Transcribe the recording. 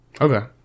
Okay